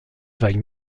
vague